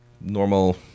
normal